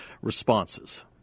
responses